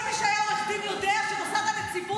כל מי שהיה עורך דין יודע שמוסד הנציבות,